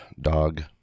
dog